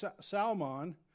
Salmon